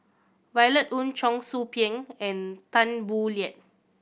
Violet Oon Cheong Soo Pieng and Tan Boo Liat